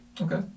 Okay